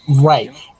Right